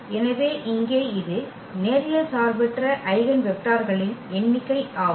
எனவே இங்கே இது நேரியல் சார்பற்ற ஐகென் வெக்டர்களின் எண்ணிக்கை ஆகும்